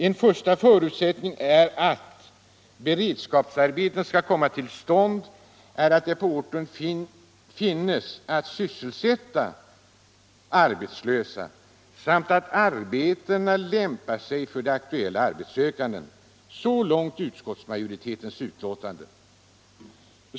En första förutsättning för att beredskapsarbete skall komma till stånd är att det på orten finns behov av att sysselsätta arbetslösa samt att arbetena lämpar sig för de aktuella arbetssökandena ---," Så långt utskottsmajoritetens skrivning.